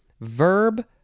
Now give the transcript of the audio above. verb